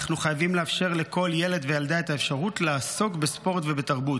אנחנו חייבים לאפשר לכל ילד וילדה את האפשרות לעסוק בספורט ובתרבות.